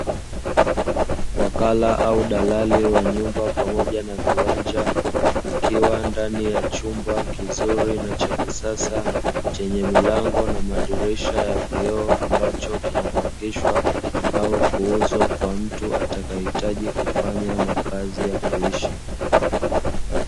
Wakala au Dalali wa nyumba pamoja na viwanja akiwa ndani ya chumba kizuri na cha kisasa, chenye mirango na madirisha ya vioo ambacho kinapangishwa au kuuzwa kwa mtu atakaefanya makazi ya kuishi.